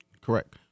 Correct